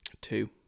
Two